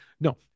no